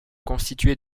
constituées